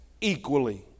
equally